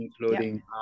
including